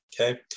Okay